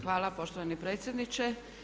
Hvala poštovani predsjedniče.